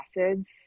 acids